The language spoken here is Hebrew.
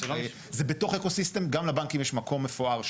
זה בתוך אקווה סיסטם, גם לבנקים יש מקום מפואר שם.